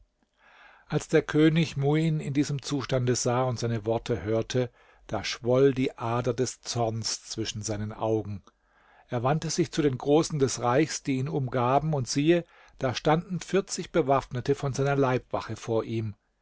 als der könig muin in diesem zustande sah und seine worte hörte da schwoll die ader des zorns zwischen seinen augen er wandte sich zu den großen des reichs die ihn umgaben und siehe da standen vierzig bewaffnete von seiner leibwache vor ihm